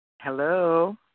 Hello